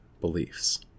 beliefs